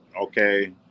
okay